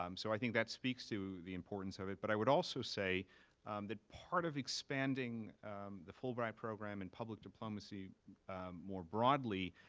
um so i think that speaks to the importance of it, but i would also say that part of expanding the fulbright program and public diplomacy more broadly,